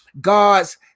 God's